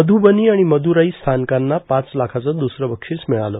मध्रबनी आणि मद्रराई स्थानकांना पाच लाखांचं दुसरं बक्षीस मिळालं